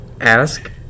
Ask